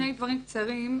שני דברים קצרים.